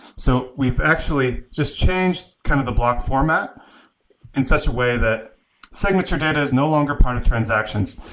so we've actually just changed kind of the block format in such a way that signature data is no longer part of transactions.